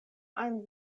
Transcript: ajn